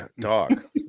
Dog